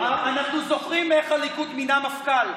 אנחנו זוכרים איך הליכוד מינה מפכ"ל.